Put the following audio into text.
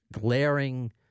glaring